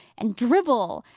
and dribble,